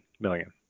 million